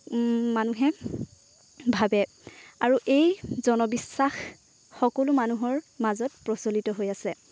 মানুহে ভাৱে আৰু এই জনবিশ্বাস সকলো মানুহৰ মাজত প্ৰচলিত হৈ আছে